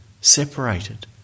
separated